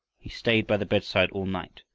he stayed by the bedside all night,